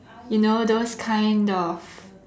you know those kind of